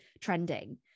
trending